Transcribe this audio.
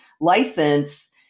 license